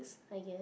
I guess